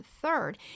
third